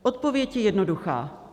Odpověď je jednoduchá.